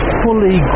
fully